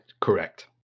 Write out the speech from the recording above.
correct